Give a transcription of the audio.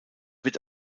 wird